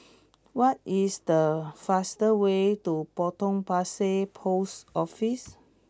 what is the fastest way to Potong Pasir Post Office